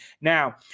Now